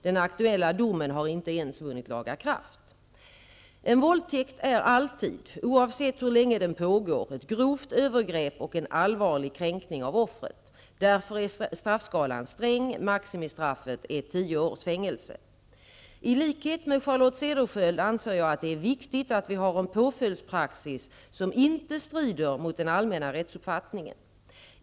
Den aktuella domen har inte ens vunnit laga kraft. En våldtäkt är alltid -- oavsett hur länge den pågår -- ett grovt övergrepp och en allvarlig kränkning av offret. Därför är straffskalan sträng; maximistraffet är tio års fängelse. I likhet med Charlotte Cederschiöld anser jag att det är viktigt att vi har en påföljdspraxis som inte strider mot den allmänna rättsuppfattningen.